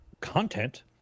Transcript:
content